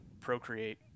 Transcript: procreate